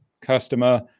customer